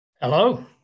Hello